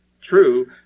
True